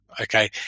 okay